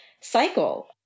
Cycle